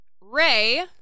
Ray